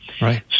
Right